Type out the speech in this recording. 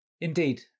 Indeed